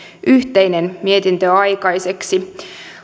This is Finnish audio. yhteinen mietintö aikaiseksi